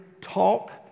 talk